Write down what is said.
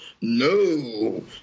No